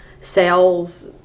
sales